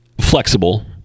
flexible